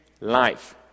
life